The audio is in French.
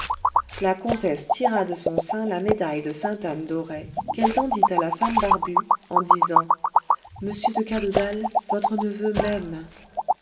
la comtesse tira de son soin la médaille de sainte-anne d'auray qu'elle tendit à la femme barbue en disant monsieur de cadoudal votre neveu m'aime